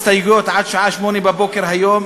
הסתייגויות עד שעה 08:00 היום,